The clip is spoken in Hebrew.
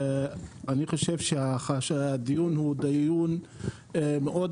אני חושב שהדיון על התחבורה הציבורית הוא דיון חשוב מאוד.